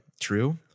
true